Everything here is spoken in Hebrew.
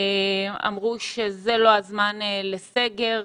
אמרו שזה לא הזמן לסגר.